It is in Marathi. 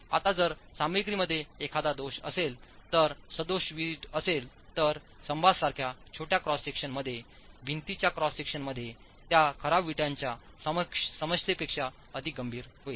आता जर सामग्रीमध्ये एखादा दोष असेल तर सदोष वीट असेल तर स्तंभांसारख्या छोट्या क्रॉस सेक्शन मध्ये भिंतीच्या क्रॉस सेक्शन मध्ये त्या खराब वीटच्या समस्येपेक्षा अधिक गंभीर होईल